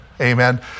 amen